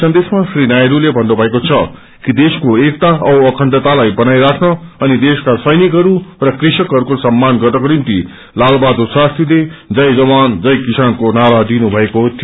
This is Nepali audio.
सन्देशमा श्री नायडूले थन्नुभएको छ कि देशको एकता औ अखण्डतालाई बनाई राख्न अनि देशका सैनिकहरू र कृषकहरूको सम्पान गर्नको निम्ति लाल बहादुर शास्त्रीले जय जवान जय किसानको नारा दिनु भएको थियो